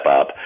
up